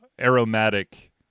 aromatic